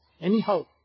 Anyhow